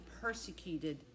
persecuted